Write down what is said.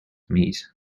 meat